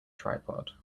tripod